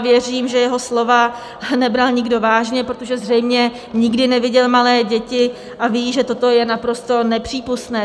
Věřím, že jeho slova nebral nikdo vážně, protože zřejmě nikdy neviděl malé děti, a ví, že toto je naprosto nepřípustné.